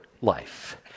life